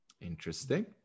Interesting